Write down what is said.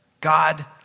God